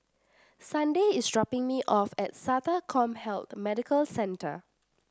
Sunday is dropping me off at SATA CommHealth Medical Centre